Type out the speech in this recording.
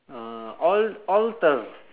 uh al~ alter